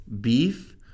beef